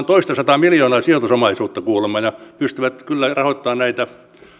toistasataa miljoonaa kuulemma ja jotka pystyvät kyllä rahoittamaan näitä